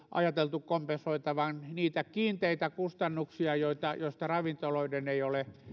ajateltu kompensoitavan niitä kiinteistä kustannuksia joista ravintoloiden ei ole